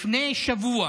לפני שבוע